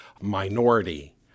minority